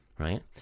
Right